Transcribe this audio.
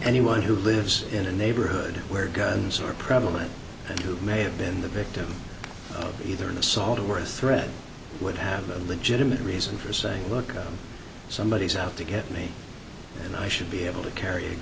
anyone who lives in a neighborhood where guns are prevalent may have been the victim either an assault or worse threat would have a legitimate reason for saying look somebody is out to get me i should be able to carry a